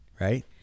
right